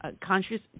conscious